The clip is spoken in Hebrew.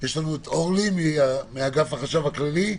יש לנו את אורלי מאגף החשב הכללי.